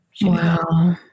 Wow